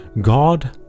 God